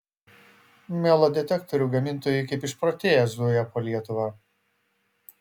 melo detektorių gamintojai kaip išprotėję zuja po lietuvą